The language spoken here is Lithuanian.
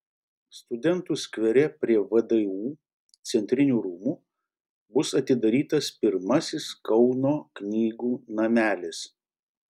studentų skvere prie vdu centrinių rūmų bus atidarytas pirmasis kauno knygų namelis